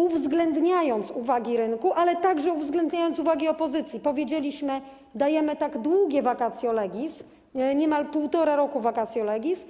uwzględniając uwagi rynku, ale także uwzględniając uwagi opozycji, powiedzieliśmy: dajemy tak długie vacatio legis, niemal 1,5 roku vacatio legis,